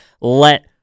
let